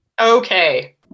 Okay